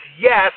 yes